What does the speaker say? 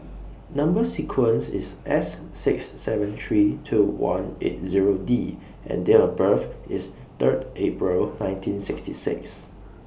Number sequence IS S six seven three two one eight Zero D and Date of birth IS Third April nineteen sixty six